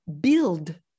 build